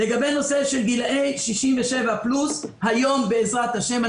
לגבי נושא של גילאי 67 פלוס היום בעזרת השם,